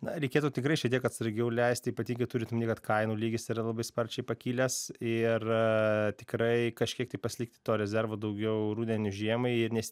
na reikėtų tikrai šiek tiek atsargiau leist ypatingai turint omeny kad kainų lygis yra labai sparčiai pakilęs ir tikrai kažkiek tai pasilikti to rezervo daugiau rudeniui žiemai nes